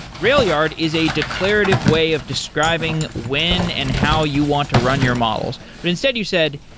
railyard is a declarative way of describing when and how you want to run your models. but instead you said,